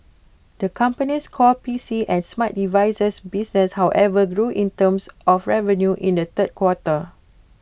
the company's core P C and smart device business however grew in terms of revenue in the third quarter